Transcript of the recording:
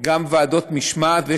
ועדות משמעת,